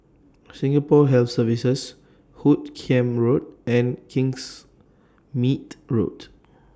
Singapore Health Services Hoot Kiam Road and Kingsmead Road